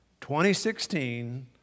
2016